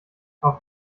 auf